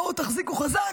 בואו תחזיקו חזק.